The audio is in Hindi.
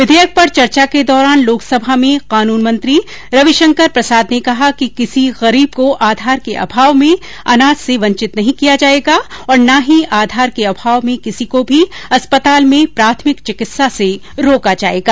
विधेयक पर चर्चा के दौरान लोकसभा में कानून मंत्री रविशंकर प्रसाद ने कहा कि किसी गरीब को आधार के आभाव में अनाज से वंचित नहीं किया जाएगा और ना ही आधार के आभाव में किसी को भी अस्पताल में प्राथमिक चिकित्सा से रोका जाएगा